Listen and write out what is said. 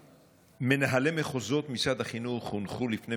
מנהלי מחוזות משרד החינוך הונחו לפני